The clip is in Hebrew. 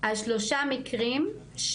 השלושה מקרים,